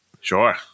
Sure